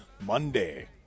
Monday